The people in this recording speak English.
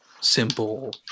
simple